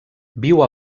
viu